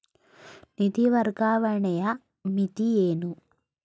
ನಿಧಿ ವರ್ಗಾವಣೆಯ ಮಿತಿ ಏನು?